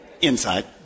Inside